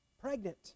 pregnant